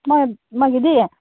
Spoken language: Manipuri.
ꯅꯪꯒꯤꯗꯤ